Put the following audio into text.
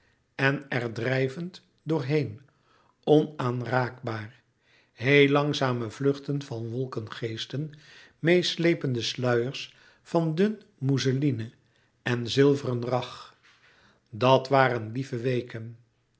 en er drijvend door heen onaanraakbaar heel langzame vluchten van wolkengeesten meêsleepende sluiers van dun mousseline en zilveren rag dat waren lieve weken